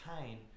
pain